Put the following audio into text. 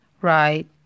right